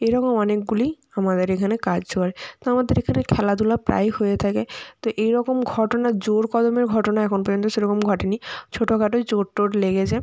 এরকম অনেকগুলি আমাদের এখানে কাজ করে তো আমাদের এখানে খেলাধুলা প্রায়ই হয়ে থাকে তো এই রকম ঘটনা জোরকদমের ঘটনা এখন পর্যন্ত সেরকম ঘটেনি ছোটোখাটোই চোট টোট লেগেছে